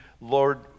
Lord